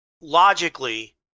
logically